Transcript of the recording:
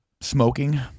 Smoking